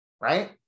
Right